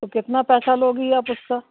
तो कितना पैसा लोगे आप उसका